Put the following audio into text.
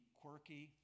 quirky